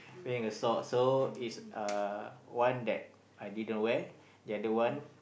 wearing a sock so is uh one that I didn't wear the other one